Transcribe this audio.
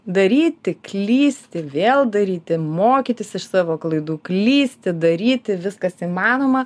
daryti klysti vėl daryti mokytis iš savo klaidų klysti daryti viskas įmanoma